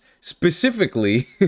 Specifically